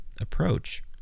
approach